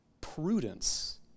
prudence